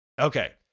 Okay